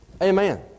Amen